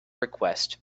request